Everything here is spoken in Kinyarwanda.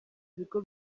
bigo